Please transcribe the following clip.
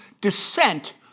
descent